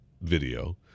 video